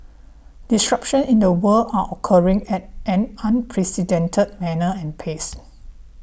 disruptions in the world are occurring at an unprecedented manner and pace